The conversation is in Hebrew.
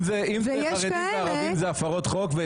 אם זה חרדים וערבים אלה הפרות חוק.